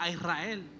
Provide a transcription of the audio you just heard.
Israel